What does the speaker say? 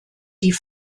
die